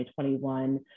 2021